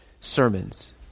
sermons